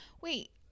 Wait